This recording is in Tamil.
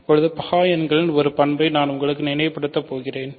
இப்போது பகா எண்களின் ஒரு பண்பை நான் உங்களுக்காக நினைவுபடுத்தப் போகிறேன்